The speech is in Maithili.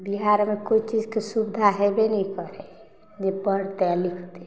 बिहार मे कोइ चीज के सुबधा हेबे नै करय जे पढ़तै आ लिखतै